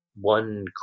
One